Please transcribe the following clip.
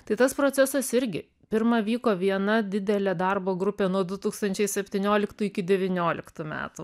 tai tas procesas irgi pirma vyko viena didelė darbo grupė nuo du tūkstančiai septynioliktų iki devynioliktų metų